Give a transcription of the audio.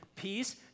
Peace